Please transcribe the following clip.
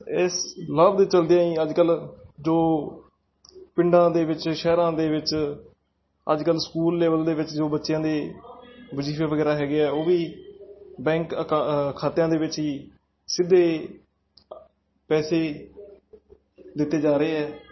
ਇਸ ਲਾਭ ਦੇ ਚਲਦਿਆਂ ਹੀ ਅੱਜ ਕੱਲ੍ਹ ਜੋ ਪਿੰਡਾਂ ਦੇ ਵਿੱਚ ਸ਼ਹਿਰਾਂ ਦੇ ਵਿੱਚ ਅੱਜ ਕੱਲ੍ਹ ਸਕੂਲ ਲੈਵਲ ਦੇ ਵਿੱਚ ਜੋ ਬੱਚਿਆਂ ਦੇ ਵਜ਼ੀਫੇ ਵਗੈਰਾ ਹੈਗੇ ਆ ਉਹ ਵੀ ਬੈਂਕ ਕ ਖਾਤਿਆਂ ਦੇ ਵਿੱਚ ਹੀ ਸਿੱਧੇ ਪੈਸੇ ਦਿੱਤੇ ਜਾ ਰਹੇ ਆ